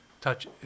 *Touch*